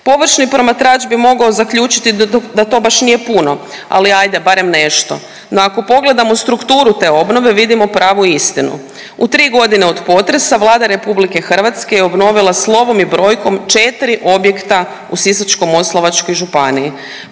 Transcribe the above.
Površni promatrač bi mogao zaključiti da to baš nije puno, ali hajde barem nešto. No, ako pogledamo strukturu te obnove vidimo pravu istinu. U tri godine od potresa Vlada Republike Hrvatske je obnovila slovom i brojkom 4 objekta u Sisačko-moslavačkoj županiji.